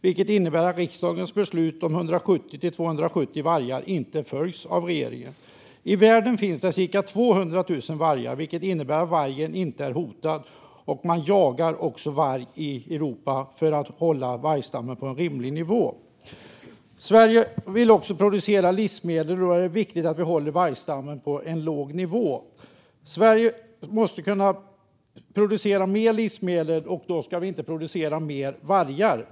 Det innebär att riksdagens beslut om 170-270 vargar inte följs av regeringen. I världen finns det cirka 200 000 vargar. Det innebär att vargen inte är hotad. Man jagar också varg i Europa för att hålla vargstammen på en rimlig nivå. Sverige vill också producera livsmedel. Då är det viktigt att vi håller vargstammen på en låg nivå. Sverige måste kunna producera mer livsmedel. Då ska vi inte producera mer vargar.